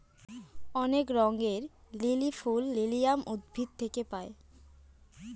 অনেক রঙের লিলি ফুল লিলিয়াম উদ্ভিদ থেকে পায়